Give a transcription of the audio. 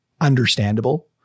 understandable